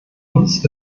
uns